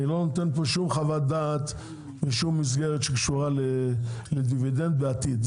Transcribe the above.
אני לא נותן פה שום חוות דעת ושום מסגרת שקשורה לדיבידנד לעתיד,